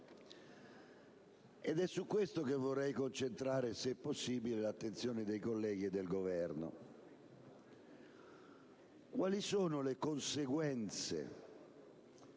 È su questo che vorrei attirare, se è possibile, l'attenzione dei colleghi e del Governo. Quali sono le conseguenze